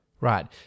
Right